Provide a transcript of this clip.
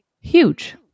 huge